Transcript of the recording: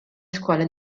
scuole